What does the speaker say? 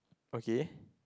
okay